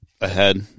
ahead